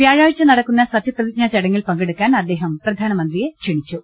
വ്യാഴാഴ്ച നടക്കുന്ന സത്യപ്രതിജ്ഞാ ചട ങ്ങിൽ പങ്കെടുക്കാൻ അദ്ദേഹം പ്രധാനമന്ത്രിയെ ക്ഷണിച്ചു